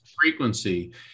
Frequency